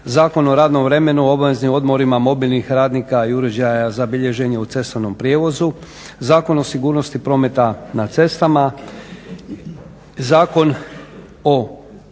Zakon o radnom vremenu, obaveznim odmorima mobilnih radnika i uređaja zabilježen je u cestovnom prijevozu, Zakon o sigurnosti prometa na cestama, Zakon o